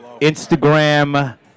instagram